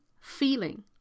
feeling